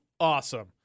Awesome